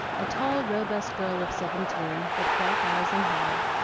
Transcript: a tall, robust girl of seventeen, with dark eyes and hair,